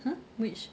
!huh! which